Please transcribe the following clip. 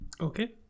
Okay